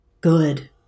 good